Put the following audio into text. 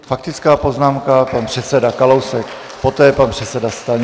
Faktická poznámka pan předseda Kalousek, poté pan předseda Stanjura.